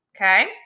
Okay